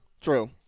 True